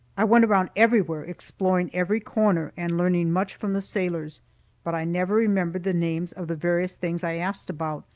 i went around everywhere, exploring every corner, and learning much from the sailors but i never remembered the names of the various things i asked about,